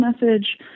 message